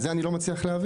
את זה אני לא מצליח להבין.